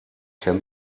can